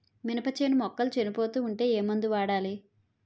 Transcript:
మినప చేను మొక్కలు చనిపోతూ ఉంటే ఏమందు వాడాలి?